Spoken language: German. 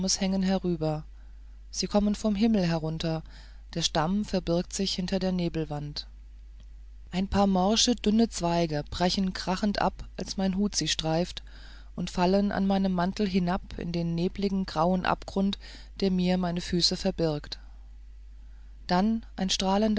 herüber sie kommen vom himmel herunter der stamm verbirgt sich hinter der nebelwand ein paar morsche dünne zweige brechen krachend ab wie mein hut sie streift und fallen an meinem mantel hinab in den nebligen grauen abgrund der mir meine füße verbirgt dann ein strahlender